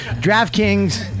DraftKings